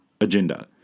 agenda